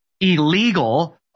illegal